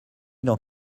dans